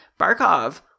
Barkov